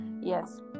Yes